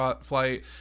flight